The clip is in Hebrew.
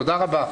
תודה רבה.